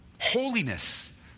Holiness